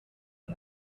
and